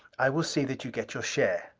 i will see that you get your share.